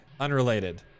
Unrelated